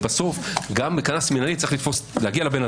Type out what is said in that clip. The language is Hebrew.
זה סכום יותר גבוה.